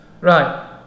Right